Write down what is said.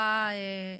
לא,